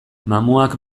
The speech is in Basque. mamuak